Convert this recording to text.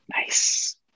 Nice